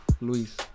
Luis